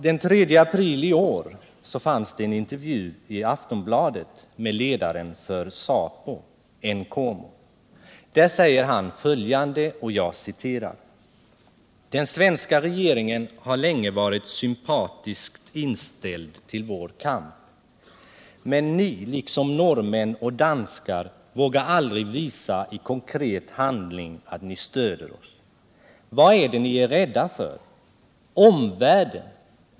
Den 3 april i år fanns det en intervju i Aftonbladet med ledaren för ZAPU, Nkomo. Där säger han bl.a. följande: ”Den svenska regeringen har länge varit sympatiskt inställd till vår kamp Men ni, liksom norrmän och danskar, vågar aldrig visa i konkret handling att ni stöder oss. Vad är det ni är rädda för — omvärlden?